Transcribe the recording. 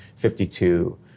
52